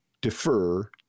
defer